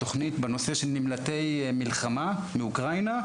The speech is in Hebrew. התוכנית בנושא של נמלטי מלחמה מאוקראינה,